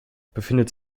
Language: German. befindet